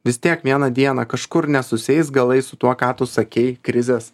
vis tiek vieną dieną kažkur nesusieis galai su tuo ką tu sakei krizės